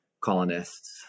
colonists